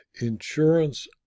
Insurance